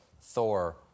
Thor